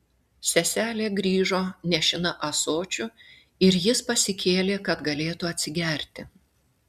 seselė grįžo nešina ąsočiu ir jis pasikėlė kad galėtų atsigerti